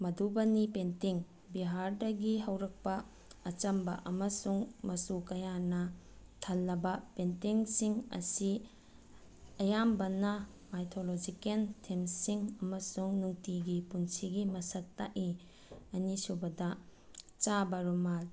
ꯃꯗꯨꯕꯅꯤ painting ꯕꯤꯍꯥꯔꯗꯒꯤ ꯍꯧꯔꯛꯄ ꯑꯆꯝꯕ ꯑꯃꯁꯨꯡ ꯃꯆꯨ ꯀꯌꯥꯅ ꯊꯜꯂꯕ ꯄꯦꯟꯇꯤꯡꯁꯤꯡ ꯑꯁꯤ ꯑꯌꯥꯝꯕꯅ ꯃꯥꯏꯊꯣꯂꯣꯖꯤꯀꯦꯟ ꯊꯤꯝꯁꯤꯡ ꯑꯃꯁꯨꯡ ꯅꯨꯡꯇꯤꯒꯤ ꯄꯨꯟꯁꯤꯒꯤ ꯃꯁꯛ ꯇꯥꯛꯏ ꯑꯅꯤꯁꯨꯕꯗ ꯆꯥꯕꯔꯨꯃꯥꯜ